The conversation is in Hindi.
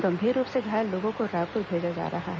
गंभीर रूप से घायल लोगों को रायपुर भेजा जा रहा है